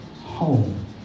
home